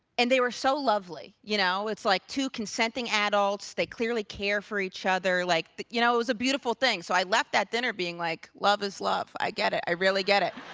and they were so lovely, you know. it's like two consenting adults. they clearly care for each other. like, you know, it was a beautiful thing. so i left that dinner being like, love is love. i get it. i really get it.